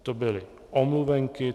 To byly omluvenky.